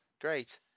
Great